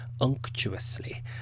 unctuously